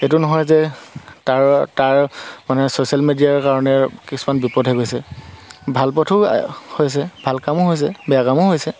এইটো নহয় যে তাৰ তাৰ মানে ছ'চিয়েল মিডিয়াৰ কাৰণে কিছুমান বিপথে গৈছে ভাল পথো হৈছে ভাল কামো হৈছে বেয়া কামো হৈছে